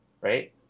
right